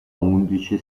undici